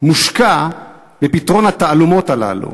מושקעים בפתרון התעלומות הללו